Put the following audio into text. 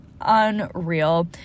unreal